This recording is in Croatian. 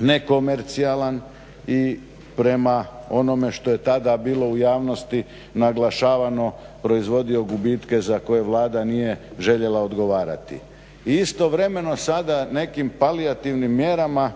nekomercijalan i prema onome što je tada bilo u javnosti naglašavano proizvodio gubitke za koje Vlada nije željela odgovarati. I istovremeno sada nekim palijativnim mjerama